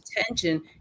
attention